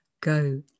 go